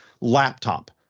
laptop